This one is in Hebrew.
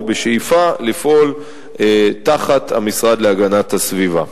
בשאיפה לפעול תחת המשרד להגנת הסביבה.